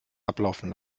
ablaufen